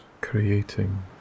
creating